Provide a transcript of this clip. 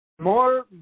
more